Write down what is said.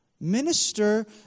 Minister